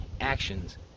actions